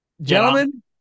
gentlemen